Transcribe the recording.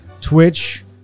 Twitch